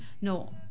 No